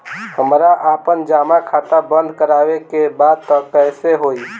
हमरा आपन जमा खाता बंद करवावे के बा त कैसे होई?